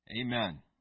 Amen